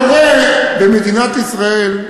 מורה במדינת ישראל,